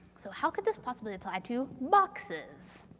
so, how could this possibly apply to boxes?